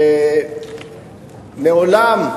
ומעולם,